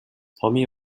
tommy